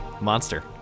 monster